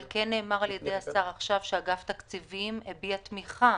אבל כן נאמר על-ידי השר עכשיו שאגף תקציבים הביע תמיכה